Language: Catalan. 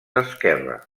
esquerre